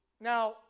Now